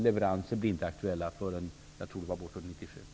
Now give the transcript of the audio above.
Leveranser blir inte aktuella förrän bortåt 1997.